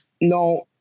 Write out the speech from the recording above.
No